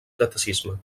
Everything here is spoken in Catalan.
catecisme